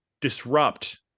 disrupt